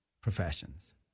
professions